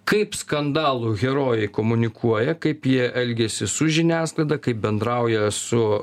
kaip skandalų herojai komunikuoja kaip jie elgiasi su žiniasklaida kaip bendrauja su